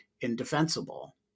indefensible